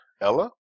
Ella